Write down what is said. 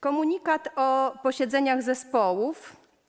Komunikat o posiedzeniach zespołów.